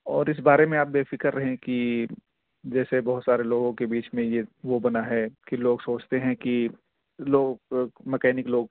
اور اس بارے میں آپ بے فکر رہیں کہ جیسے بہت سارے لوگوں کے بیچ میں یہ وہ بنا ہے کہ لوگ سوچتے ہیں کہ لوگ میکینک لوگ